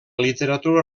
literatura